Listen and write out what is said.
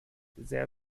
sehr